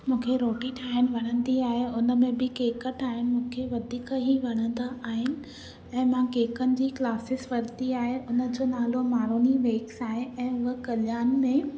मूंखे रोटी ठाहिणु वणंदी आहे उन में बि केक ठाहिणु मूंखे वधीक ई वणंदा आहिनि ऐं मां केकनि जी क्लासेस वरिती आहे उन जो नालो मारुनी बेक्स आहे ऐं उहा कल्याण में